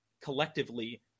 collectively